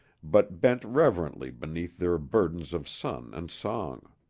but bent reverently beneath their burdens of sun and song.